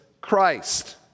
Christ